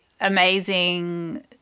amazing